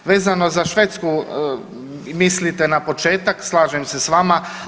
Vezano za Švedsku mislite na početak, slažem se s vama.